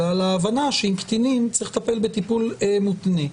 אלא על ההבנה שבקטינים צריך לטפל בטיפול מותנה.